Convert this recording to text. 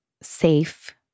safe